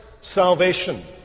salvation